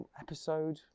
episode